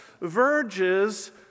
verges